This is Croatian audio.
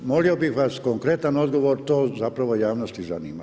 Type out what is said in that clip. Molio bih vas konkretan odgovor, to zapravo javnost i zanima.